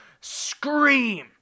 scream